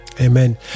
Amen